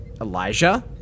Elijah